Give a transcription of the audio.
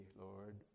Lord